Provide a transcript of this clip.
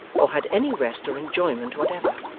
or had any rest or enjoyment whatever.